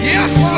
Yes